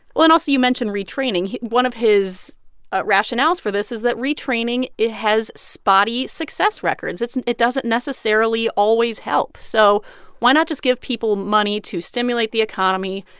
well, then also you mentioned retraining. one of his ah rationales for this is that retraining, it has spotty success records. and it doesn't necessarily always help. so why not just give people money to stimulate the economy,